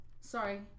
sorry